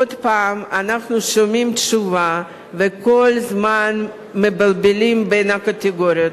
עוד פעם אנחנו שומעים תשובה וכל הזמן מבלבלים בין הקטגוריות.